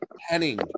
Henning